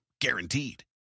Guaranteed